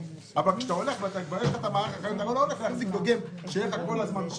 הרי אתה לא הולך להחזיק שיהיה לך שם כל הזמן.